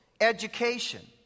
education